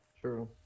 True